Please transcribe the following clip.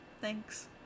Thanks